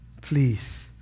Please